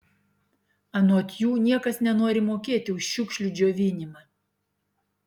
anot jų niekas nenori mokėti už šiukšlių džiovinimą